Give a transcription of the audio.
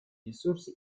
ресурсы